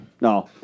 No